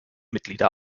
mitglieder